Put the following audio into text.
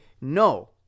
No